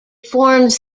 forms